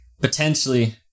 potentially